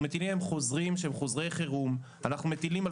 מטילים עליהם חוזרים שהם חוזרי חירום ואנחנו מטילים על